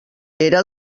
era